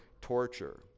torture